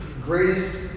greatest